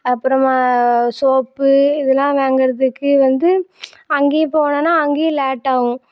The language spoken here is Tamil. அப்புறமா சோப்பு இதெலாம் வாங்கிறதுக்கு வந்து அங்கேயும் போனம்னா அங்கேயும் லேட் ஆகும்